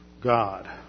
God